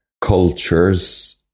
cultures